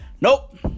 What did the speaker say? Nope